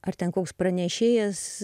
ar ten koks pranešėjas